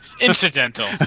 Incidental